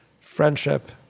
friendship